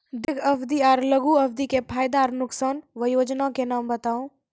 दीर्घ अवधि आर लघु अवधि के फायदा आर नुकसान? वयोजना के नाम बताऊ?